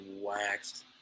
waxed